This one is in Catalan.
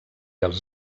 els